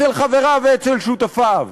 אצל חבריו ואצל שותפיו.